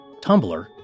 Tumblr